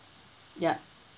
yup